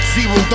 Zero